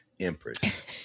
Empress